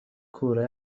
کوره